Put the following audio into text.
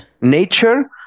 Nature